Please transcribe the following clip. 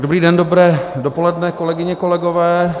Dobrý den, dobré dopoledne, kolegyně, kolegové.